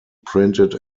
printed